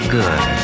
good